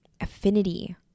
affinity